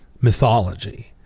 mythology